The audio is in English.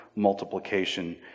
multiplication